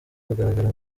kugaragara